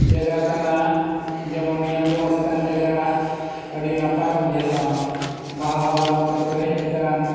ᱡᱟᱭᱜᱟ ᱠᱟᱱᱟ ᱡᱮᱢᱚᱱ ᱧᱮᱞ ᱡᱚᱝ ᱞᱮᱠᱟᱱ ᱡᱟᱭᱜᱟ ᱟᱹᱰᱤ ᱱᱟᱯᱟᱭ ᱵᱩᱡᱷᱟᱹᱜᱼᱟ ᱵᱟᱦᱟ ᱵᱟᱜᱟᱱ ᱛᱮ ᱯᱮᱨᱮᱡ ᱟᱠᱟᱱ